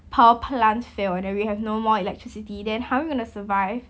power plant fail and then we have no more electricity then how you gonna survive